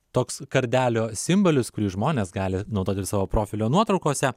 toks kardelio simbolis kurį žmonės gali naudot ir savo profilio nuotraukose